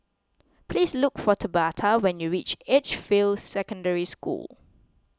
please look for Tabatha when you reach Edgefield Secondary School